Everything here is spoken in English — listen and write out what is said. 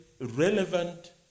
relevant